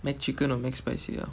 McChicken or McSpicy ah